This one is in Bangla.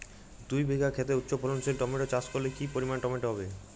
দুই বিঘা খেতে উচ্চফলনশীল টমেটো চাষ করলে কি পরিমাণ টমেটো হবে?